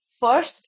first